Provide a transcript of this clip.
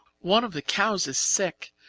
one of the cows is sick,